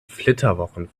flitterwochen